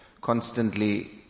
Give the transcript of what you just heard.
constantly